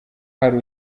hari